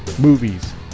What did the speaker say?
Movies